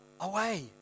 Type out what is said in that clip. away